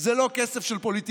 זה לא כסף של פוליטיקאים,